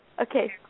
Okay